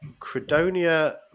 Credonia